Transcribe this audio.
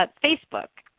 but facebook,